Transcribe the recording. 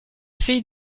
fille